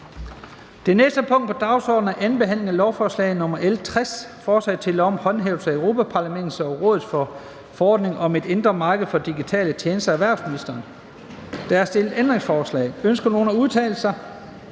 Det næste punkt på dagsordenen er: 23) 2. behandling af lovforslag nr. L 60: Forslag til lov om håndhævelse af Europa-Parlamentets og Rådets forordning om et indre marked for digitale tjenester. Af erhvervsministeren (Morten Bødskov). (Fremsættelse